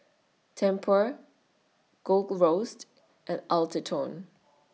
Tempur Gold Roast and Atherton